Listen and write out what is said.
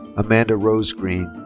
amanda rose green.